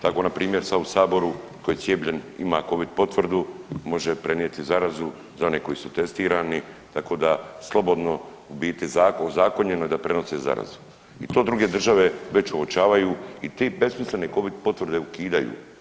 Tako npr. sa u Saboru tko je cijepljen, ima Covid potvrdu može prenijeti zarazu za one koji su testirani, tako da slobodno u biti, ozakonjeno je da prenose zarazu i to druge države već uočavaju i ti besmislene Covid potvrde ukidaju.